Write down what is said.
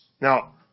Now